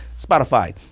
Spotify